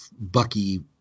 Bucky